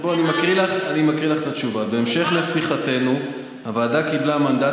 אני מקריא לך את התשובה: בהמשך לשיחתנו הוועדה קיבלה מנדט